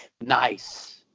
nice